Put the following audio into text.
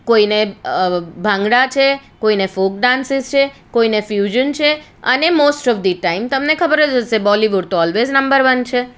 કોઈને ભાંગડા છે કોઈને ફોક ડાન્સિસ છે કોઈને ફ્યૂઝન છે અને મોસ્ટ ઓફ ધી ટાઈમ તમને ખબર જ હશે બોલીવુડ તો ઓલવેઝ નંબર વન છે